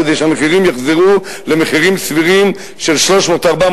כדי שהמחירים יחזרו למחירים סבירים של 300,000,